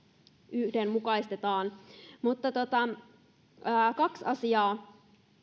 yhdenmukaistetaan mutta kaksi asiaa